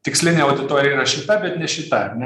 tikslinė auditorija yra šita bet ne šita ar ne